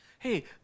Hey